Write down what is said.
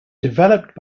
developed